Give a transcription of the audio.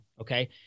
okay